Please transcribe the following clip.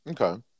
Okay